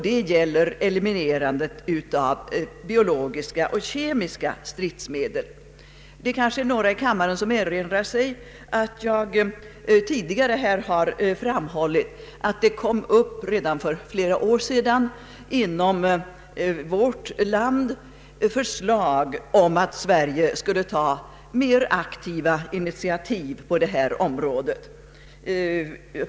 Det gäller eliminerandet av biologiska och kemiska stridsmedel. Det är kanske några i kammaren som erinrar sig att jag här tidigare framhållit att det redan för flera år sedan i vårt land framlagts förslag om att Sverige skulle ta mer aktiva initiativ på detta område.